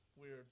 weird